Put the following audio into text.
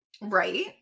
Right